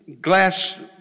glass